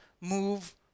move